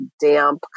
damp